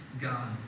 God